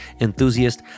enthusiast